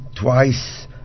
twice